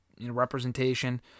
representation